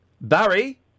Barry